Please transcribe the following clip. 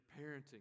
parenting